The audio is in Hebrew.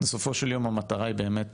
בסופו של יום המטרה היא באמת